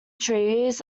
trees